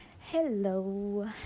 Hello